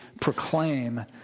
proclaim